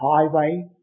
highway